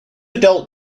adult